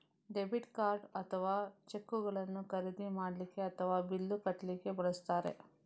debit card ಅಥವಾ ಚೆಕ್ಗಳನ್ನು ಖರೀದಿ ಮಾಡ್ಲಿಕ್ಕೆ ಅಥವಾ ಬಿಲ್ಲು ಕಟ್ಲಿಕ್ಕೆ ಬಳಸ್ತಾರೆ